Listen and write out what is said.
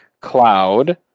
Cloud